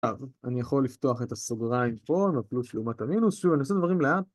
עכשיו, אני יכול לפתוח את הסגריים פה, עם הפלוס לעומת המינוס, שוב, אני עושה דברים לאט